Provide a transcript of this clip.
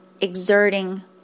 exerting